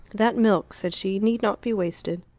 that milk, said she, need not be wasted.